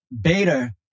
beta